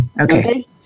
Okay